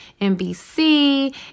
NBC